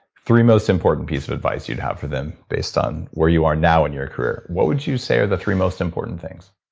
three most important piece of advice you'd have for them based on where you are now and your career. what would you say are the three most important things?